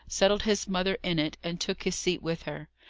settled his mother in it, and took his seat with her.